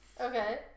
Okay